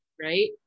right